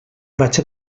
vaig